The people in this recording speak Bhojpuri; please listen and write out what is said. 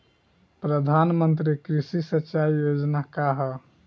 प्रधानमंत्री कृषि सिंचाई योजना का ह?